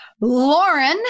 Lauren